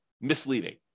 misleading